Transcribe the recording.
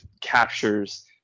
captures